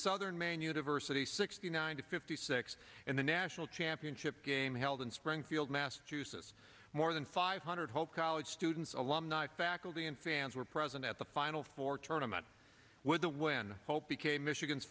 southern maine university sixty nine to fifty six in the national championship game held in springfield massachusetts more than five hundred hope college students alumni faculty and fans were present at the final four tournament with the when hope became michigan's